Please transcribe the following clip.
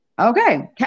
Okay